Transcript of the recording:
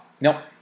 Nope